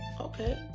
okay